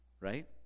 right